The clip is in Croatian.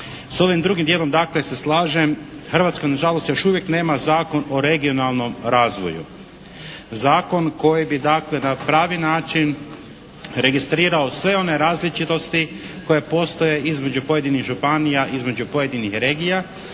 S ovim drugim djelom dakle se slažem. Hrvatska nažalost još uvijek nema zakon o regionalnom razvoju. Zakon koji bi dakle na pravi način registrirao sve one različitosti koje postoje između pojedinih županija, između pojedinih regija